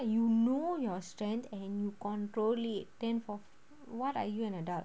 you know your strength and you controlled it then for what are you an adult